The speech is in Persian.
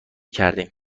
کردیم